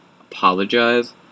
Apologize